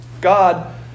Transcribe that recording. God